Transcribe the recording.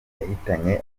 yahitanye